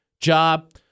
job